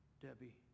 debbie